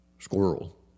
Squirrel